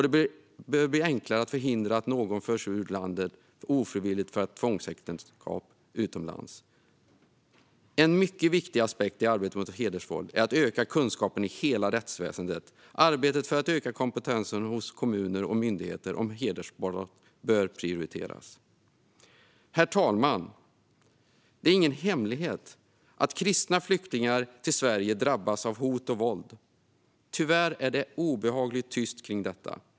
Det bör bli enklare att förhindra att någon förs ut ur landet ofrivilligt för ett tvångsäktenskap utomlands. En mycket viktig aspekt i arbetet mot hedersvåld är att öka kunskapen i hela rättsväsendet. Arbetet för att öka kompetensen hos kommuner och myndigheter om hedersbrott bör prioriteras. Herr talman! Det är ingen hemlighet att kristna flyktingar till Sverige drabbas av hot och våld. Tyvärr är det obehagligt tyst kring detta.